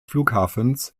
flughafens